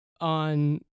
on